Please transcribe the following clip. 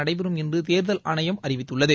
நடைபெறும் என்று தேர்தல் ஆணையம் அறிவித்துள்ளது